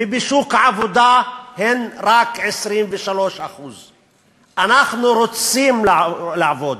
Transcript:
ובשוק העבודה הן רק 23%. אנחנו רוצים לעבוד,